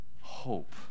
hope